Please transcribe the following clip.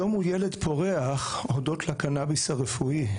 היום הוא ילד פורח אודות לקנביס הרפואי.